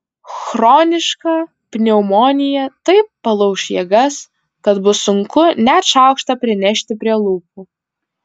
chroniška pneumonija taip palauš jėgas kad bus sunku net šaukštą prinešti prie lūpų